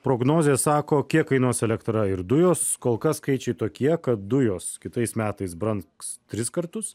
prognozės sako kiek kainuos elektra ir dujos kol kas skaičiai tokie kad dujos kitais metais brangs tris kartus